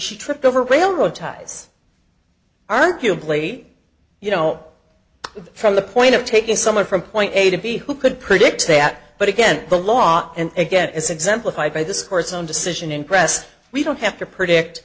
she tripped over railroad ties arguably you know from the point of taking someone from point a to b who could predict that but again the law and again as exemplified by this court's own decision in press we don't have to predict